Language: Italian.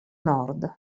nord